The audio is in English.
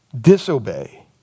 disobey